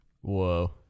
Whoa